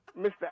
Mr